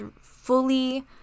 fully